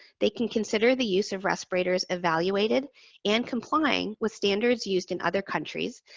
they can consider the use of respirators evaluated and complying with standards used in other countries,